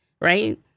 right